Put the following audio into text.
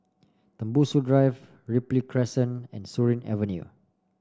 Tembusu Drive Ripley Crescent and Surin Avenue